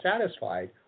satisfied